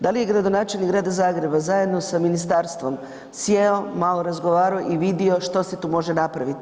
Da li je gradonačelnik Grada Zagreba zajedno sa ministarstvom sjeo, malo razgovarao i vidio što se tu može napraviti.